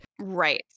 right